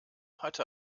hatte